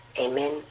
Amen